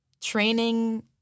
training